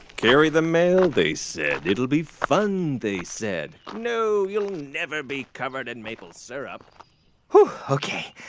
carry the mail, they said. it'll be fun, they said. no, you'll never be covered in maple syrup whew. ok.